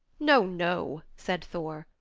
no, no, said thor.